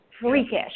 freakish